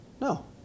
No